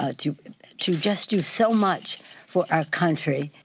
ah to to just do so much for our country.